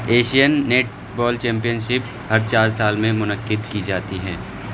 Asian netball championship ہر چار سال میں منعقد کی جاتی ہیں